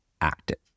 active